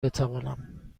بتوانم